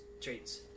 treats